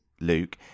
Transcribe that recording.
luke